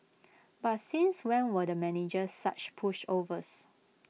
but since when were the managers such pushovers